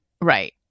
Right